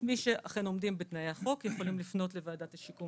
מי שאכן עומדים בתנאי החוק יכולים לפנות לוועדת השיקום